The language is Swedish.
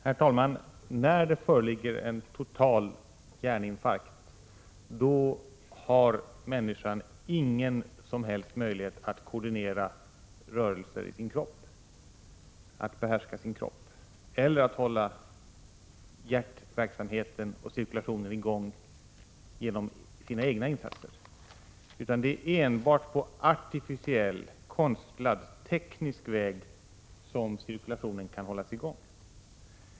Herr talman! När det föreligger en total hjärninfarkt har människan inga som helst möjligheter att koordinera rörelser i sin kropp, att behärska sin kropp eller att själv hålla hjärtverksamheten och blodcirkulationen i gång. Det är enbart på artificiell och teknisk väg som det kan ske.